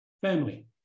family